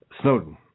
Snowden